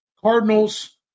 Cardinals